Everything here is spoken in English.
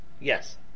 Yes